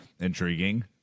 intriguing